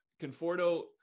Conforto